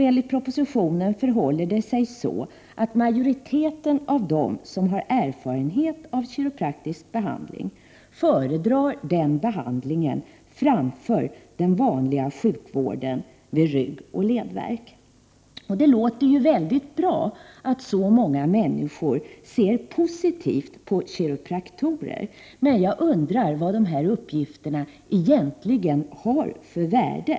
Enligt propositionen förhåller det sig så, att en majoritet av dem som har erfarenhet av kiropraktisk behandling föredrar denna framför den vanliga sjukvården vid ryggoch ledvärk. Det låter väldigt bra att så många människor ser positivt på kiropraktorerna. Men jag undrar vad de här uppgifterna egentligen har för värde.